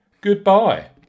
Goodbye